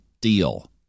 deal